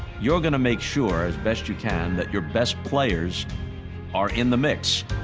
you're going to make sure as best you can that your best players are in the mix.